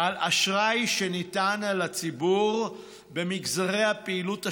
על אשראי שניתן לציבור במגזרי הפעילות השונים,